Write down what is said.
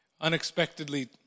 unexpectedly